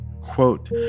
quote